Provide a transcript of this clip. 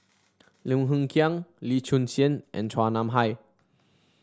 Lim Hng Kiang Lee Choon Seng and Chua Nam Hai